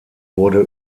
wurde